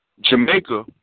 Jamaica